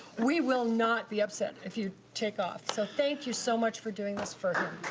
we will not be upset if you take off. so thank you so much for doing this for